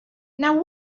now